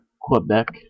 Quebec